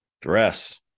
dress